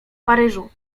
paryżu